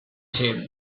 him